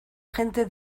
gente